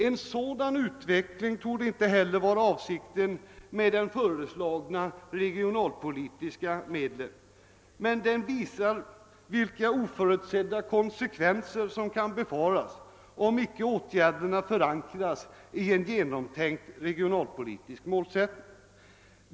En sådan utveckling torde inte heller vara avsikten bakom de föreslagna regionalpolitiska insatserna, men den visar vilka konsekvenser av tidigare oförutsett slag som kan befaras, om åtgärderna inte förankras i en genomtänkt regionalpolitisk målsättning.